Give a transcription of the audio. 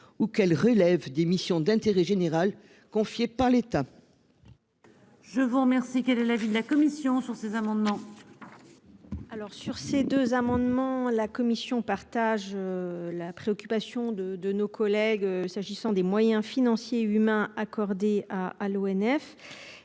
ou qu'elles relèvent des missions d'intérêt général confiée par l'État. Je vous remercie de l'avis de la commission sur ces amendements. Alors sur ces deux amendements. La commission partage. La préoccupation de de nos collègues, s'agissant des moyens financiers et humains accordée à à l'ONF.